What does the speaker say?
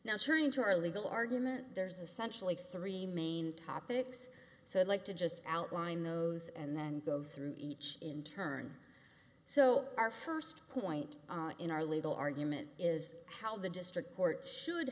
now turning to our legal argument there's essentially three main topics so i'd like to just outline those and then go through each in turn so our first point in our legal argument is how the district court should